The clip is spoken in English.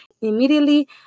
immediately